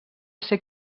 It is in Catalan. ser